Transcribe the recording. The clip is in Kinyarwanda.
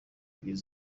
ebyiri